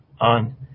on